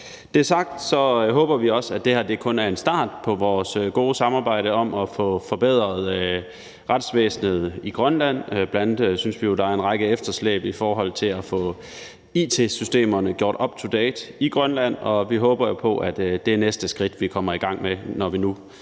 er sagt, håber vi også, at det her kun er en start på vores gode samarbejde om at få forbedret retsvæsenet i Grønland. Bl.a. synes vi jo, der er en række efterslæb i forhold til at få it-systemerne ført up to date i Grønland, og vi håber på, at det er det næste skridt, vi kommer i gang med, når vi nu